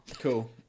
Cool